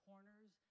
corners